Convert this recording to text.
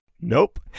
Nope